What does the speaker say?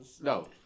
No